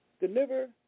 deliver